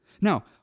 Now